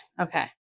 Okay